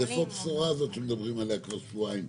אז איפה הבשורה הזאת שמדברים עליה כבר שבועיים,